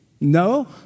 No